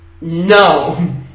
No